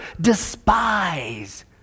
despise